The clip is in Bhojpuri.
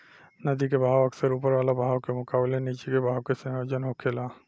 नदी के बहाव अक्सर ऊपर वाला बहाव के मुकाबले नीचे के बहाव के संयोजन होखेला